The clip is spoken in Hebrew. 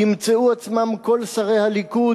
ימצאו עצמם כל שרי הליכוד,